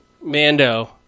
Mando